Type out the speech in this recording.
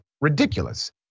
ridiculous